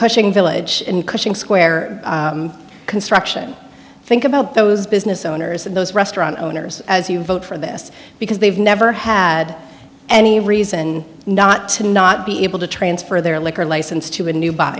coaching village in cushing square construction think about those business owners and those restaurant owners as you vote for this because they've never had any reason not to not be able to transfer their liquor license to a new b